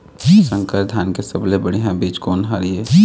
संकर धान के सबले बढ़िया बीज कोन हर ये?